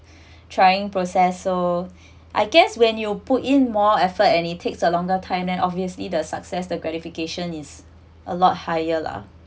trying process so I guess when you put in more effort and it takes a longer time then obviously the success the gratification is a lot higher lah